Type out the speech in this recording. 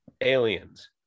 Aliens